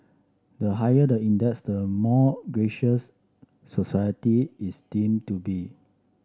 the higher the index the more gracious society is deemed to be